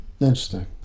Interesting